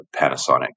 Panasonic